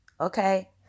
Okay